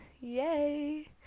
Yay